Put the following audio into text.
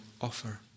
offer